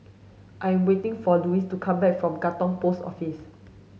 I am waiting for Lois to come back from Katong Post Office